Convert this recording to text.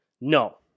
No